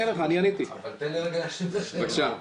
אבל תן לי רגע להשלים את השאלה.